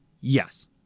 Yes